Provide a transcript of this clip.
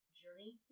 journey